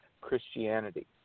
Christianity